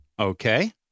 Okay